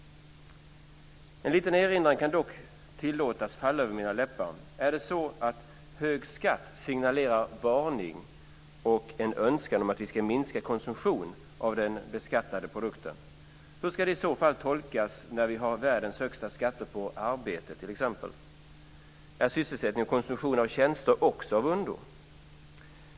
En liten erinran kan dock tillåtas falla över min läppar. Är det så att hög skatt signalerar varning och en önskan om att vi ska minska konsumtionen av den beskattade produkten? Hur ska det i så fall tolkas när vi har världens högsta skatter på t.ex. arbete? Är sysselsättning och konsumtion av tjänster också av ondo?